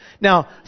Now